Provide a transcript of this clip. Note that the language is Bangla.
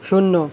শূন্য